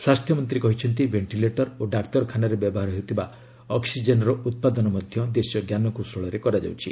ସ୍ୱାସ୍ଥ୍ୟ ମନ୍ତ୍ରୀ କହିଛନ୍ତି ଭେଷ୍ଟିଲେଟର ଓ ଡାକ୍ତରଖାନାରେ ବ୍ୟବହାର ହେଉଥିବା ଅକ୍ଟିଜେନ୍ର ଉତ୍ପାଦନ ମଧ୍ୟ ଦେଶୀୟ ଜ୍ଞାନକୌଶଳରେ କରାଯାଉଛି